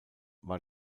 war